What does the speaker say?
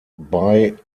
bei